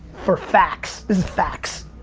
for facts. this is facts.